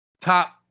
top